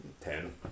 Ten